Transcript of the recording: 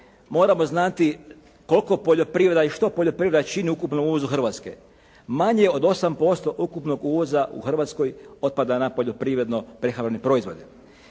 moramo znati koliko poljoprivreda i što poljoprivreda čini u ukupnom uvozu Hrvatske? Manje od 8% ukupnog uvoza u Hrvatskoj otpada na poljoprivredno prehrambene proizvode.